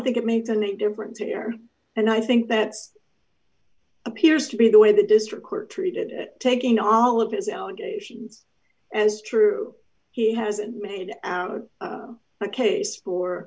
think it makes any difference here and i think that appears to be the way the district court treated taking all of his allegations as true he hasn't made the case or